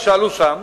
יישאלו שם,